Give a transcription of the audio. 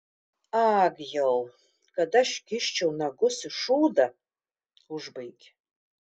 ag jau kad aš kiščiau nagus į šūdą užbaigė